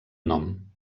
nom